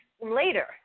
later